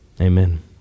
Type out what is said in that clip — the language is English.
amen